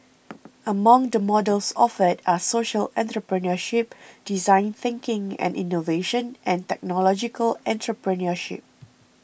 among the models offered are social entrepreneurship design thinking and innovation and technological entrepreneurship